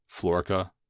Florica